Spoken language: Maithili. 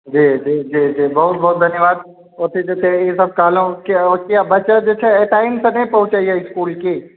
जी जी जी जी बहुत बहुत धन्यवाद ओतै जे छै से कहलहुँ ओतै बच्चा जे छै टाइम से नहि पहुँचैया इसकुल की